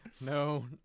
No